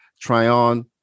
Tryon